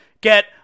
get